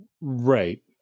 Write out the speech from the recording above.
Right